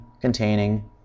containing